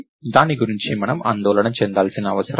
దాని గురించి మనం ఆందోళన చెందాల్సిన అవసరం లేదు